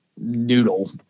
noodle